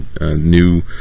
new